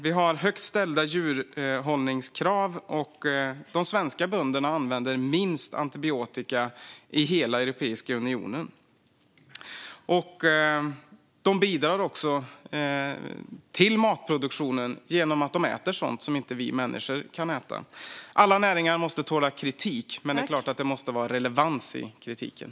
Vi har högt ställda djurhållningskrav, och de svenska bönderna använder minst antibiotika i hela Europeiska unionen. Korna bidrar också till matproduktionen genom att de äter sådant som vi människor inte kan äta. Alla näringar måste tåla kritik, men det är klart att det måste vara relevans i kritiken.